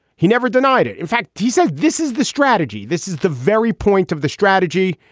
he never denied it. in fact, he said this is the strategy. this is the very point of the strategy.